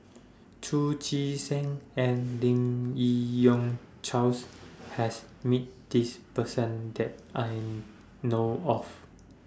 Chu Chee Seng and Lim Yi Yong Charles has meet This Person that I know of